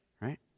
right